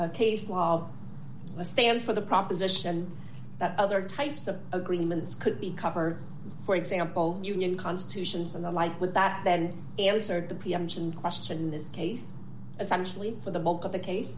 a case that stands for the proposition that other types of agreements could be covered for example union constitutions and the like with that then answered the p m s in question in this case essentially for the bulk of the case